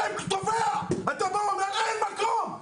--- אתה אומר לנו שאין מקום?